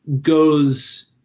goes